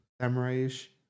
samurai-ish